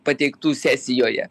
pateiktų sesijoje